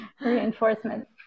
Reinforcement